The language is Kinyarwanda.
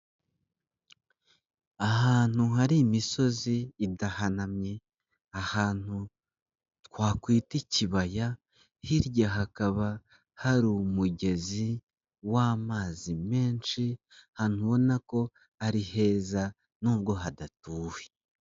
Ahantu hari imisozi idahanamye, ahantu twakwita ikibaya, hirya hakaba hari umugezi w,amazi menshi, hantu ubona ko ari heza n'ubwo hadatuwe.